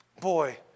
Boy